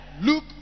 Luke